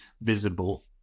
visible